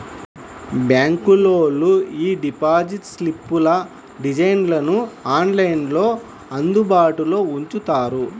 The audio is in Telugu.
బ్యాంకులోళ్ళు యీ డిపాజిట్ స్లిప్పుల డిజైన్లను ఆన్లైన్లో అందుబాటులో ఉంచుతారు